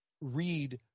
read